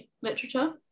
literature